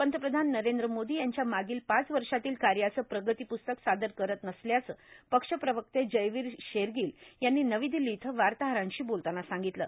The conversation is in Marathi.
पंतप्रधान नरेंद्र मोदी त्यांच्या मागील पाच वर्षातील कार्याचं प्रगतीपुस्तक सादर करत नसल्याचं पक्ष प्रवक्ते जयवीर शेरणील यांनी नवी दिल्ली इथं वार्ताहरांशी बोलताना सांगितलं